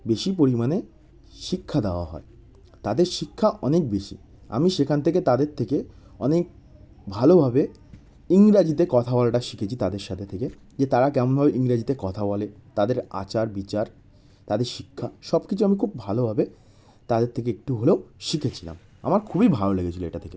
বেশি পরিমাণে শিক্ষা দাওয়া হয় তাদের শিক্ষা অনেক বেশি আমি সেখান থেকে তাদের থেকে অনেক ভালোভাবে ইংরাজিতে কথা বলাটা শিখেছি তাদের সাথে থেকে যে তারা কেমনভাবে ইংরেজিতে কথা বলে তাদের আচার বিচার তাদের শিক্ষা সব কিছু আমি খুব ভালোভাবে তাদের থেকে একটু হলেও শিখেছিলাম আমার খুবই ভালো লেগেছিলো এটা থেকে